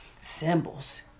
Symbols